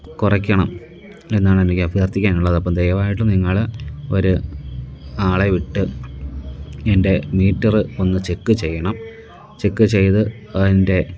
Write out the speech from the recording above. കുറയ്ക്കണം എന്നാണെനിക്കഭ്യര്ത്ഥിക്കാനുള്ളത് അപ്പോള് ദയവായിട്ട് നിങ്ങള് ഒരു ആളെ വിട്ട് എന്റെ മീറ്റര് ഒന്ന് ചെക്ക് ചെയ്യണം ചെക്ക് ചെയ്ത് അതിന്റെ